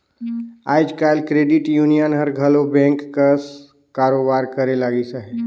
आएज काएल credit union हर घलो बेंक कस कारोबार करे लगिस अहे